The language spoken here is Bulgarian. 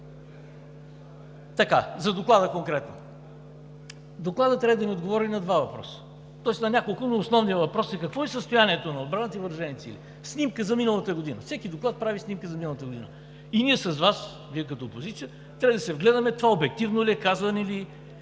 за Доклада. Докладът трябва да ни отговори на два въпроса, тоест на няколко, но основният въпрос е: какво е състоянието на отбраната и въоръжените сили? Снимка за миналата година – всеки доклад прави снимка за миналата година, и ние с Вас, Вие като опозиция, трябва да се вгледаме това обективно ли е, правилно ли